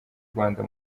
rwanda